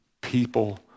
People